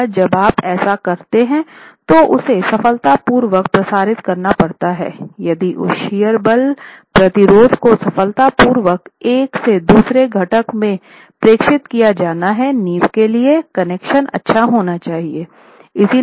एक बार जब आप ऐसा करते हैं तो उसे सफलतापूर्वक प्रसारित करना पड़ता है यदि उस शियर बल प्रतिरोध को सफलतापूर्वक एक से दूसरे घटक में प्रेषित किया जाना है नींव के लिए कनेक्शन अच्छा होना चाहिए